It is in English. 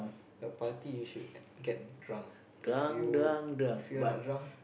a party you should get drunk if you if you're not drunk